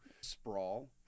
sprawl